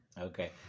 okay